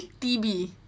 TB